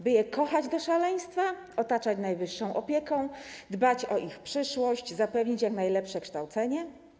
By je kochać do szaleństwa, otaczać największą opieką, dbać o ich przyszłość, zapewnić jak najlepsze kształcenie?